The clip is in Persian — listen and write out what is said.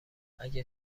اگر